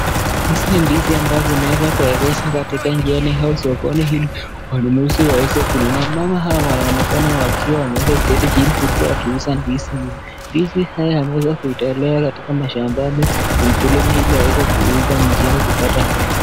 Hizi ni ndizi ambazo zimeweza kuegeshwa katika njiani au sokoni ili wanunuzi waweze kununua. Mama hawa wanaonekana wakiwa wameweza kuketi chini huku wakiuza ndizi hizi. Ndizi haya yameweza kutolewa katika mashambani na mkulima ili aweze kuuza mjini kupata hela.